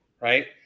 right